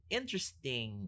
interesting